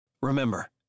Remember